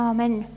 Amen